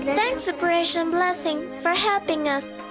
thanks, operation blessing, for helping us.